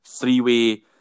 three-way